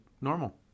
normal